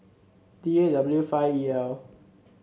D A W five E L